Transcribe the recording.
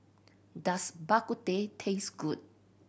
does Bak Kut Teh taste good